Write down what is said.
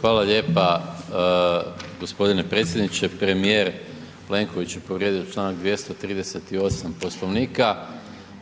Hvala lijepa g. predsjedniče. Premijer Plenković je povrijedio čl. 238. Poslovnika